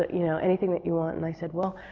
ah you know anything that you want. and i said, well,